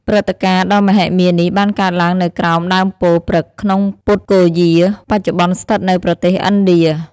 ព្រឹត្តិការណ៍ដ៏មហិមានេះបានកើតឡើងនៅក្រោមដើមពោធិព្រឹក្សក្នុង ពុទ្ធគយា បច្ចុប្បន្នស្ថិតនៅប្រទេសឥណ្ឌា។